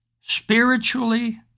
spiritually